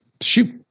shoot